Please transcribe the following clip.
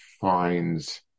finds